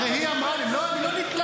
הרי היא אמרה לי, לא, אני לא נתלה,